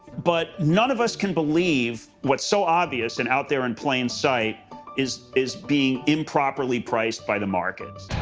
but none of us can believe what's so obvious and out there in plain sight is is being improperly priced by the markets.